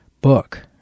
book